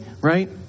right